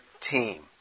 team